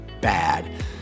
bad